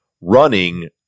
running